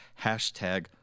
Hashtag